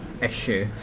issue